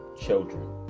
Children